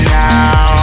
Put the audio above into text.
now